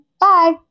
Bye